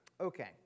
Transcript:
Okay